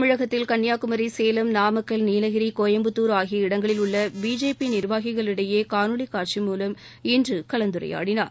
தமிழகத்தில் கன்னியாகுமரி சேலம் நாமக்கல் நீலகிரி கோயம்புத்தூர் ஆகிய இடங்களில் உள்ள பிஜேபி நிர்வாகிகளிடையே காணொலி காட்சி மூலம் இன்று கலந்துரையாடினார்